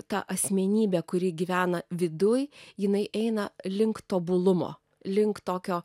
ta asmenybė kuri gyvena viduj jinai eina link tobulumo link tokio